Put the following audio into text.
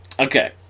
Okay